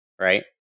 right